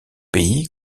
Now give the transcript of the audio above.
pays